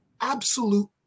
Absolute